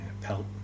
pelt